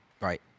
Right